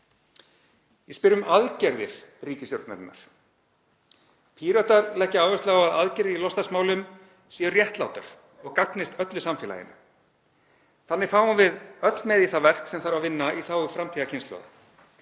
Ég spyr um aðgerðir ríkisstjórnarinnar. Píratar leggja áherslu á að aðgerðir í loftslagsmálum séu réttlátar og gagnist öllu samfélaginu. Þannig fáum við öll með í það verk sem þarf að vinna í þágu framtíðarkynslóða.